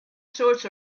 sorts